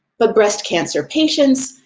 but breast cancer patients,